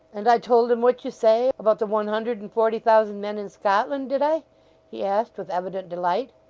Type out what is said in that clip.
and i told them what you say, about the one hundred and forty thousand men in scotland, did i he asked with evident delight.